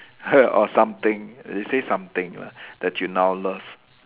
or something they say something lah that you now love